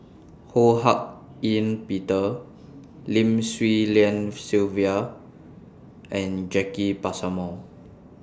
Ho Hak Ean Peter Lim Swee Lian Sylvia and Jacki Passmore